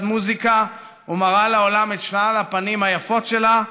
מוזיקה ומראה לעולם את שלל הפנים היפות שלה,